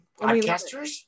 Podcasters